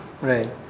right